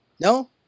No